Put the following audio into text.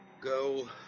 go